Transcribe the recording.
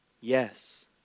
yes